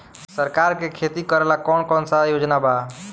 सरकार के खेती करेला कौन कौनसा योजना बा?